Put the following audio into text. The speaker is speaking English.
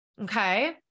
Okay